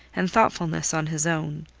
and thoughtfulness on his own